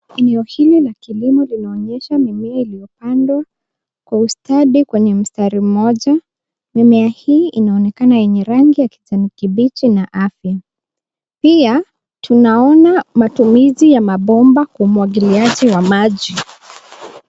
Eneo hili la kilimo linaonyesha mimea iliyo pandwa kwa ustadi kwenye mstari mmoja. Mimea hii inaonekana yenye rangi ya kijani kibichi na afya. Pia tunaona matumizi ya mabomba kwa umwagiliaji wa maji.